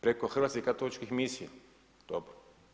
Preko Hrvatskih katoličkih misija, dobro.